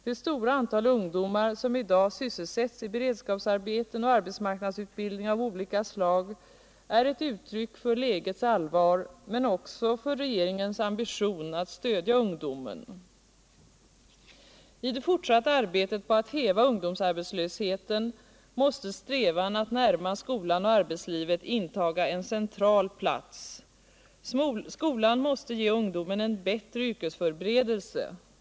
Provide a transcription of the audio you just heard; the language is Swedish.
Det stora antal ungdomar som i dag sysselsätts i beredskapsarbeten och arbetsmarknadsutbildning av olika slag är ett uttryck för lägets allvar men också för regeringens ambitioner att stödja ungdomen. I det fortsatta arbetet på att häva ungdomsarbetslösheten måste strävan att närma skolan till arbetslivet inta en central plats. Skolan måste ge ungdomen en bättre yrkesförberedelse.